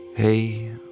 Hey